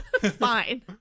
Fine